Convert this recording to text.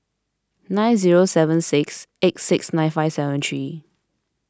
nine zero seven six eight six nine five seven three